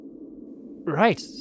Right